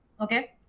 Okay